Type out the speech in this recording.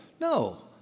No